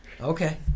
Okay